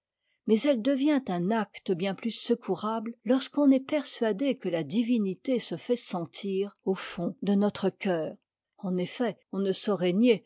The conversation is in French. mais elle devient un acte bien plus secourable lorsqu'on est persuadé que la divinité se fait sentir au fond de notre cœur en effet on ne saurait nier